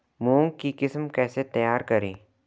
मूंग की किस्म कैसे तैयार करें?